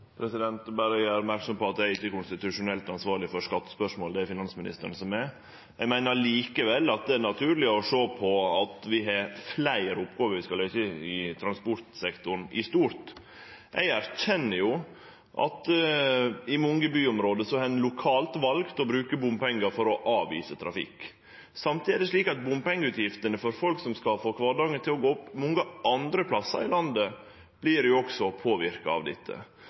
Eg vil berre gjere merksam på at eg ikkje er konstitusjonelt ansvarleg for skattespørsmål, det er det finansministeren som er. Eg meiner likevel at det er naturleg å sjå på at vi har fleire oppgåver vi skal løyse i transportsektoren i stort. Eg erkjenner at i mange byområde har ein lokalt valt å bruke bompengar for å avvise trafikk. Samtidig er det slik at bompengeavgiftene for folk mange andre plassar i landet som skal få kvardagen til å gå opp, også vert påverka av dette. Det